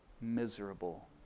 miserable